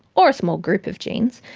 or a small group of genes,